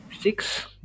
six